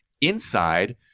inside